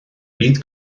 byd